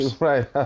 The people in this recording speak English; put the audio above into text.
Right